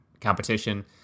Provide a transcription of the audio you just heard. competition